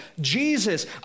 Jesus